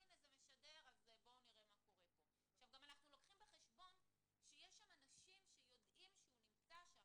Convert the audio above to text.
אנחנו גם לוקחים בחשבון שיש שם אנשים שיודעים שהוא נמצא שם